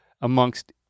amongst